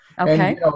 Okay